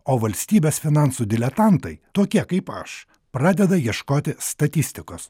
o valstybės finansų diletantai tokie kaip aš pradeda ieškoti statistikos